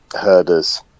herders